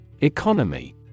Economy